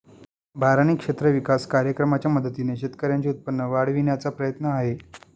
बारानी क्षेत्र विकास कार्यक्रमाच्या मदतीने शेतकऱ्यांचे उत्पन्न वाढविण्याचा प्रयत्न आहे